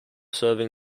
serving